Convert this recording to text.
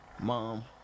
Mom